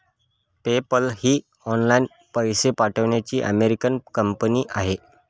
PayPal ही online पैसे पाठवण्याची अमेरिकन कंपनी आहे